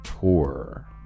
tour